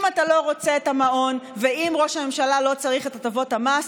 אם אתה לא רוצה את המעון ואם ראש הממשלה לא צריך את הטבות המס,